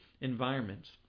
environments